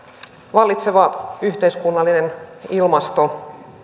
vallitseva yhteiskunnallinen ilmasto